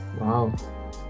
Wow